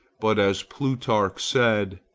but, as plutarch said,